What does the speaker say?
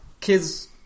kids